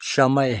समय